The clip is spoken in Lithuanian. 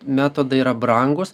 metodai yra brangūs